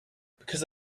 because